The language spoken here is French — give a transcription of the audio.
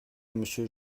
monsieur